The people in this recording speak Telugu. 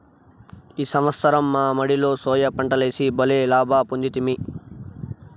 ఈ సంవత్సరం మా మడిలో సోయా పంటలేసి బల్లే లాభ పొందితిమి